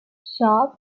sharp